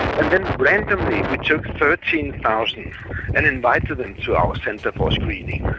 and then randomly we took thirteen thousand and invited them to our centre for screening.